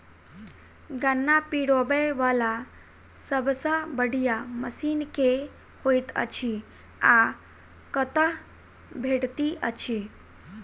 गन्ना पिरोबै वला सबसँ बढ़िया मशीन केँ होइत अछि आ कतह भेटति अछि?